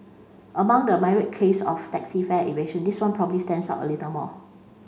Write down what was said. among the myriad case of taxi fare evasion this one probably stands out a little more